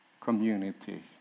community